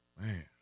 Man